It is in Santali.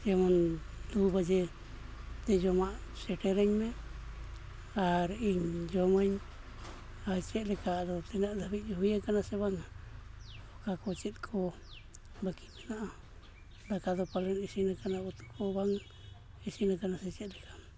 ᱡᱮᱢᱚᱱ ᱫᱩ ᱵᱟᱡᱮᱛᱮ ᱡᱚᱢᱟᱜ ᱥᱮᱴᱮᱨᱟᱹᱧ ᱢᱟ ᱟᱨᱤᱧ ᱡᱚᱢᱟᱹᱧ ᱟᱨ ᱪᱮᱫ ᱞᱮᱠᱟ ᱟᱫᱚ ᱛᱤᱱᱟᱹᱜ ᱫᱷᱟᱹᱵᱤᱡᱽ ᱦᱩ ᱭᱟᱠᱟᱱᱟ ᱥᱮ ᱵᱟᱝᱼᱟ ᱚᱠᱟ ᱠᱚ ᱪᱮᱫ ᱠᱚ ᱵᱟᱹᱠᱤ ᱢᱮᱱᱟᱜᱼᱟ ᱫᱟᱠᱟ ᱫᱚ ᱯᱟᱞᱮᱱ ᱤᱥᱤᱱᱟᱠᱟᱱᱟ ᱩᱛᱩ ᱠᱚᱦᱚᱸ ᱵᱟᱝ ᱤᱥᱤᱱᱟᱠᱟᱱᱟ ᱥᱮ ᱪᱮᱫ ᱞᱮᱠᱟ